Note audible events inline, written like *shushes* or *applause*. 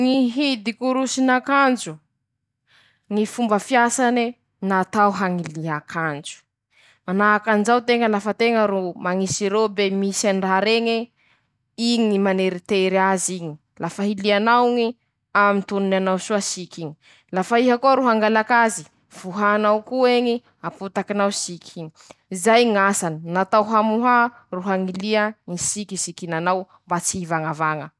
Ñy mombamombany ñy vata fampangatsiaha, ñy vata fampangatsiaha *shushes* natao hañajaria sakafo na raha hinomy tsy tean-teña ho simba na tean-teña hajaria ao avao tean-teña hanintsinintsy, *shushes* hangalaky ñy hafanan-teña hangalaky ñy hetahetan-teña.